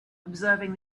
observing